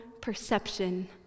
perception